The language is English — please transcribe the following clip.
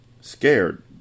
Scared